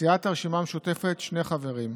סיעת הרשימה המשותפת, שני חברים: